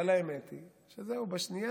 אבל האמת היא שבשנייה